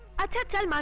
i tell tell ah